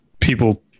people